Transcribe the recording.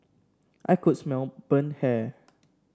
I could smell burnt hair